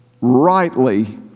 rightly